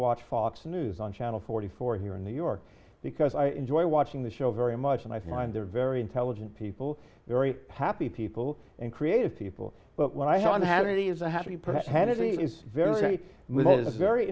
watch fox news on channel forty four here in new york because i enjoy watching the show very much and i find they're very intelligent people very happy people and creative people but when i haven't had any as